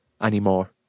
anymore